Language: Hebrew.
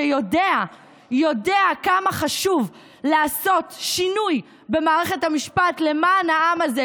שיודע כמה חשוב לעשות שינוי במערכת המשפט למען העם הזה,